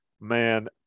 man